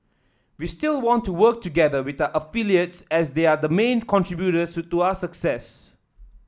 we still want to work together with our affiliates as they are the main contributors to our success